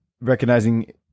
recognizing